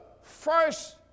first